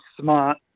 smart